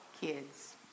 kids